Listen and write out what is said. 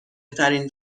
ترین